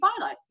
finalized